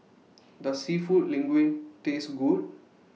Does Seafood Linguine Taste Good